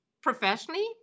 Professionally